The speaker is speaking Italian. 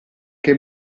che